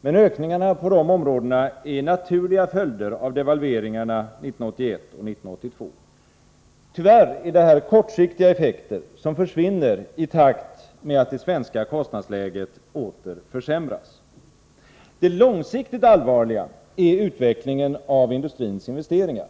men ökningarna på dessa områden är naturligtvis en följd av devalveringarna 1981 och 1982. Tyvärr rör det sig här om kortsiktiga effekter, som försvinner i takt med att det svenska kostnadsläget åter försämras. Det långsiktigt allvarliga är utvecklingen av industrins investeringar.